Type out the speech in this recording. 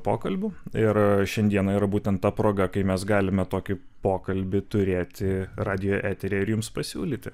pokalbių ir šiandieną yra būtent ta proga kai mes galime tokį pokalbį turėti radijo eteryje ir jums pasiūlyti